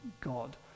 God